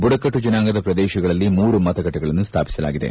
ಬುಡಕಟ್ಟು ಜನಾಂಗದ ಪ್ರದೇಶಗಳಲ್ಲಿ ಮೂರು ಮತಗಟ್ಟೆಗಳನ್ನು ಸ್ಲಾಪಿಸಲಾಗಿದೆ